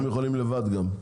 הם יכולים לבד גם.